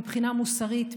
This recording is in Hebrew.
מבחינה מוסרית,